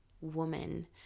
woman